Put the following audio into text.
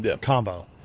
combo